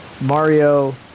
Mario